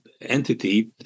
entity